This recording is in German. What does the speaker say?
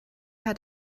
hat